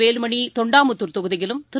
வேலுமணி தொண்டாமுத்தூர் தொகுதியிலும் திரு